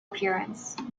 appearance